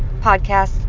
podcasts